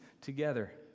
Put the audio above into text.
together